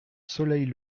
soleil